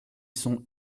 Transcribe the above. sont